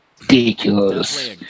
ridiculous